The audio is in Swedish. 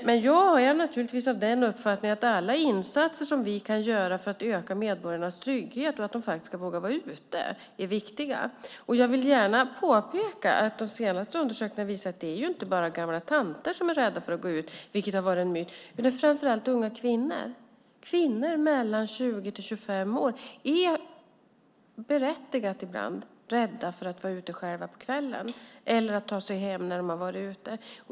Men jag är av uppfattningen att alla insatser som vi kan göra för öka medborgarnas trygghet och för att de faktiskt ska våga vara ute är viktiga. Jag vill gärna påpeka att de senaste undersökningarna visar att det inte bara är gamla tanter som är rädda för att gå ut. Det har varit en myt. Det är i stället framför allt unga kvinnor. Kvinnor mellan 20 och 25 år är, ibland berättigat, rädda för att vara ute ensamma på kvällen eller när de ska ta sig hem när de har varit ute.